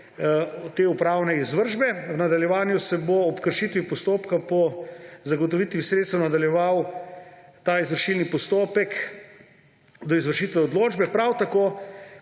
te upravne izvršbe. V nadaljevanju se bo ob kršitvi postopka po zagotovitvi sredstev nadaljeval ta izvršilni postopek do izvršitve odločbe. Prav tako